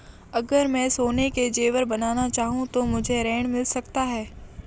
अगर मैं सोने के ज़ेवर बनाना चाहूं तो मुझे ऋण मिल सकता है?